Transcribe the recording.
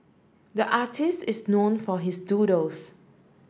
the artist is known for his doodles